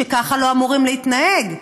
שככה לא אמורים להתנהג.